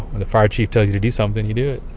the fire chief tells you to do something, you do it